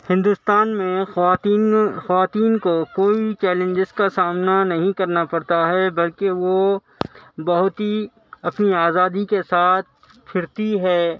ہندوستان میں خواتین خواتین کو کوئی چیلنجز کا سامنا نہیں کرنا پڑتا ہے بلکہ وہ بہت ہی اپنی آزادی کے ساتھ پھرتی ہے